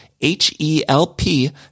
h-e-l-p